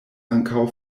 ankaŭ